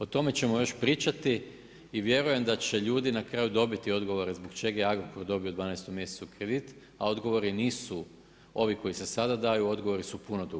O tome ćemo još pričati i vjerujem da će ljudi na kraju dobiti odgovore zbog čega je Agrokor dobio u 12 mjesecu kredit a odgovori nisu ovi koji se sada daju, odgovori su puno dublji.